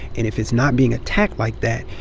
and if it's not being attacked like that,